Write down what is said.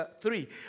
three